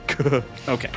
Okay